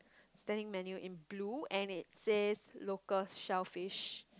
standing menu in blue and it says local shellfish